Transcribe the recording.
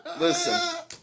Listen